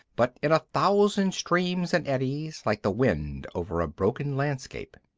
but in a thousand streams and eddies, like the wind over a broken landscape.